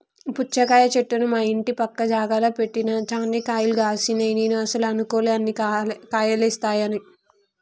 పుచ్చకాయ చెట్టును మా ఇంటి పక్క జాగల పెట్టిన చాన్నే కాయలు గాశినై నేను అస్సలు అనుకోలే అన్ని కాయలేస్తాయని